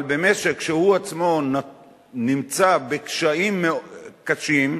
אבל במשק שהוא עצמו נמצא בקשיים קשים,